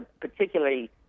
particularly